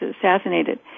assassinated